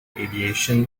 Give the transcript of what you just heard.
aviation